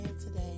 today